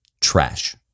trash